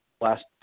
last